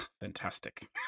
Fantastic